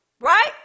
Right